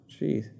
Jeez